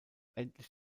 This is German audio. endlich